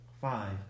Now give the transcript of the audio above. Five